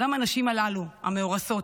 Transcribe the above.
גם הנשים הללו, המאורסות,